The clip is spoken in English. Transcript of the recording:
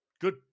Good